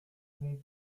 pouvons